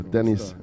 Dennis